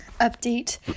update